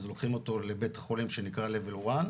אז לוקחים אותו לבית חולים שנקרא "לב לורן",